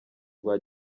rwa